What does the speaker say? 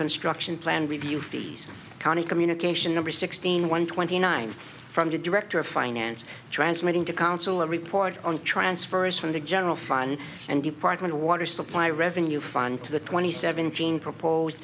construction plan review fees county communication number sixteen one twenty nine from the director of finance transmitting to council a report on transfers from the general fund and department of water supply revenue fund to the twenty seventeen propose